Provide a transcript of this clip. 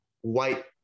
white